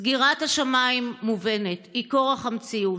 סגירת השמיים מובנת, היא כורח המציאות,